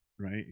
Right